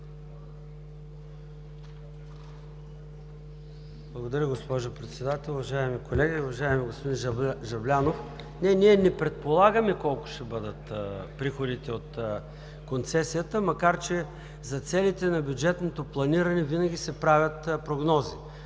Благодаря, госпожо Председател. Уважаеми колеги, уважаеми господин Жаблянов! Не, ние не предполагаме колко ще бъдат приходите от концесията, макар че за целите на бюджетното планиране винаги се правят прогнози.